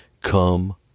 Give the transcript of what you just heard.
come